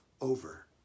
Over